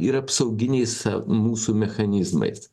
ir apsauginiais mūsų mechanizmais